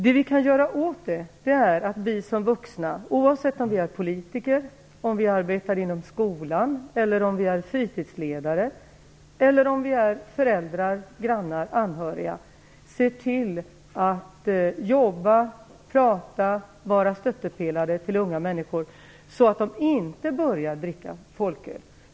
Det vi kan göra åt det är att vi som vuxna, oavsett om vi är politiker, arbetar inom skolan, är fritidsledare, föräldrar, grannar eller anhöriga, ser till att jobba med, prata med och vara stöttepelare för unga människor så att de inte börjar dricka folköl.